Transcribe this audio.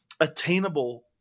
attainable